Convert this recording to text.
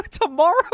tomorrow